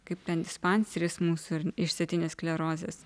kaip dispanseris mūsų išsėtinės sklerozės